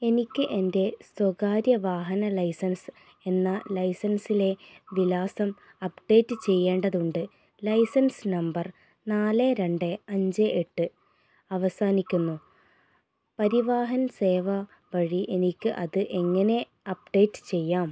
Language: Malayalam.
എനിക്ക് എൻ്റെ സ്വകാര്യ വാഹന ലൈസൻസ് എന്ന ലൈസൻസിലെ വിലാസം അപ്ഡേറ്റ് ചെയ്യേണ്ടതുണ്ട് ലൈസൻസ് നമ്പർ നാല് രണ്ട് അഞ്ച് എട്ട് അവസാനിക്കുന്നു പരിവാഹൻ സേവ വഴി എനിക്ക് അത് എങ്ങനെ അപ്ഡേറ്റ് ചെയ്യാം